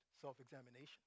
self-examination